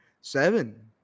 Seven